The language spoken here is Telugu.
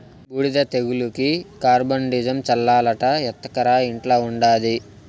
బూడిద తెగులుకి కార్బండిజమ్ చల్లాలట ఎత్తకరా ఇంట్ల ఉండాది